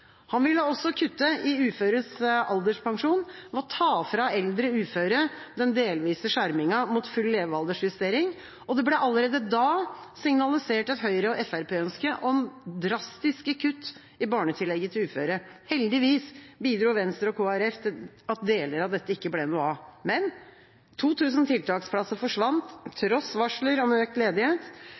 Han ville også kutte i uføres alderspensjon ved å ta fra eldre uføre den delvise skjermingen mot full levealdersjustering, og det ble allerede da signalisert et Høyre–Fremskrittsparti-ønske om drastiske kutt i barnetillegget til uføre. Heldigvis bidro Venstre og Kristelig Folkeparti til at deler av dette ikke ble noe av. Men 2 000 tiltaksplasser forsvant, tross varsler om økt ledighet.